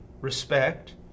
respect